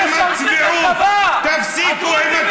עיסאווי, הדרוזים משרתים בצבא, תפסיקו עם הצביעות.